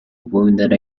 wounded